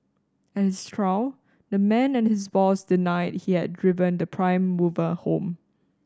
at his trial the man and his boss denied he had driven the prime mover home